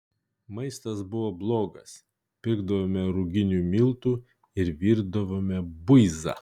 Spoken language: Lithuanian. maistas buvo blogas pirkdavome ruginių miltų ir virdavome buizą